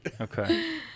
Okay